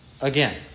again